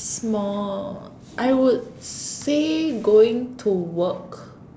small I would say going to work